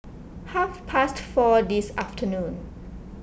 half past four this afternoon